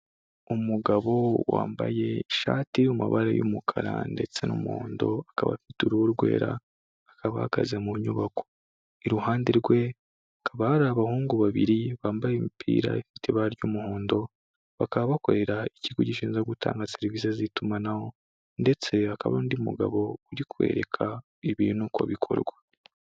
Umugabo wambaye ishati yo mu mabara y'umukara ndetse n'umuhondo, akaba afite uruhu rwera akaba ahagaze mu nyubako, iruhande rwe hakaba hari abahungu babiri bambaye imipira ifite ibara ry'umuhondo, bakaba bakorera ikigo gishinzwe gutanga serivisi z'itumanaho, ndetse hakaba undi mugabo urikwereka ibintu uko bikorwa.